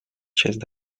часть